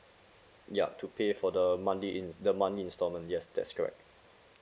ya to pay for the monthly ins~ the monthly installment yes that's correct